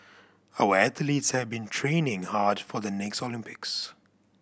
our athletes have been training hard for the next Olympics